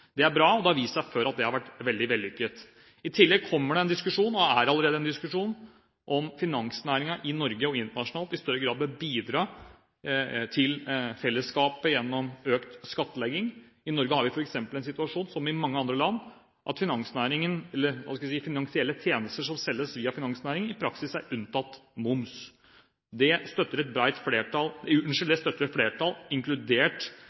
Det er bra. Det har vist seg før at det har vært veldig vellykket. I tillegg er det allerede en diskusjon om finansnæringen i Norge og internasjonalt i større grad bør bidra til fellesskapet gjennom økt skattlegging – i Norge er det f.eks. slik, som i mange andre land, at finansielle tjenester som selges via finansnæringen, i praksis er unntatt moms – og det støtter et flertall, inkludert